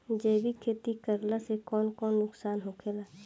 जैविक खेती करला से कौन कौन नुकसान होखेला?